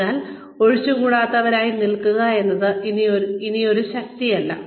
അതിനാൽ ഒഴിച്ചുകൂടാനാവാത്തവരായി നിൽക്കുക എന്നത് ഇനി ഒരു ശക്തിയല്ല